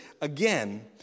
Again